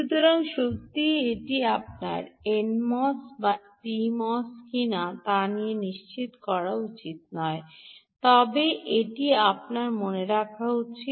সুতরাং সত্যই এটি আপনার এনএমওএস বা পিএমওএস কিনা তা নিয়ে চিন্তা করা উচিত নয় তবে এটি আপনার মনে রাখা উচিত